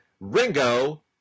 Ringo